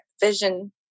vision